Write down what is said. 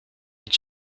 und